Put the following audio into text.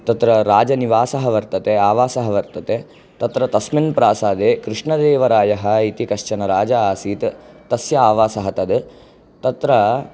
तत्र राजनिवासः वर्तते आवासः वर्तते तत्र तस्मिन् प्रासादे कृष्णदेवरायः इति कश्चन राजा आसीत् तस्य आवासः तद् तत्र